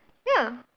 ya